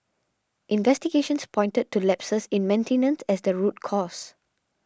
investigations pointed to lapses in maintenance as the root cause